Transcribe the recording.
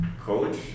coach